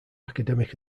academic